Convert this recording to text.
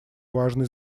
важной